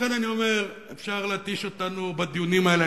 לכן אני אומר, אפשר להתיש אותנו בדיונים האלה.